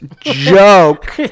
Joke